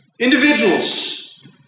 Individuals